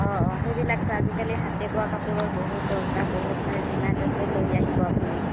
অঁ অঁ সেইবিলাকতো আজিকালি হাতে বোৱা কাপোৰৰ বহুত দৰকাৰ বহুত মানে ডিমাণ্ড আছে লৈ আহিব আপুনি